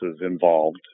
involved